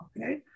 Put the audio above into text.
okay